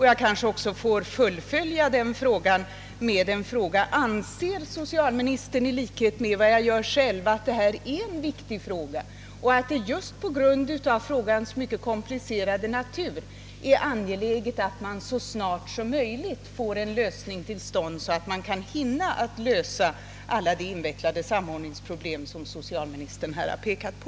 Jag kanske också får fullfölja den frågan med ett annat spörsmål: Anser socialministern — i likhet med vad jag gör — att detta är en viktig sak och att det just på grund av dess mycket komplicerade natur är angeläget att man så snart som möjligt får en lösning till stånd av de invecklade samordningsproblem som socialministern har pekat på?